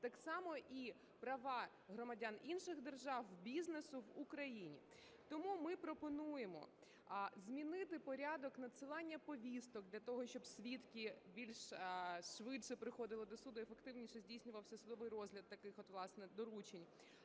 так само і права громадян інших держав, бізнесу в Україні. Тому ми пропонуємо змінити порядок надсилання повісток для того, щоб свідки більш швидше приходили до суду і ефективніше здійснювався судовий розгляд таких от власне доручень.